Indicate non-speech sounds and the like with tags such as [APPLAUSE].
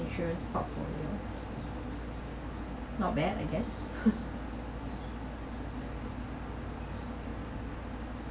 insurance portfolio not bad I guess [LAUGHS]